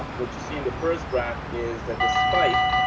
what you see in the first graph is that the spike,